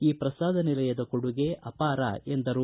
ಈ ಪ್ರಸಾದ ನಿಲಯದ ಕೊಡುಗೆ ಅಪಾರ ಎಂದರು